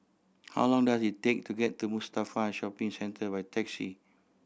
how long does it take to get to Mustafa Shopping Centre by taxi